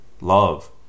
Love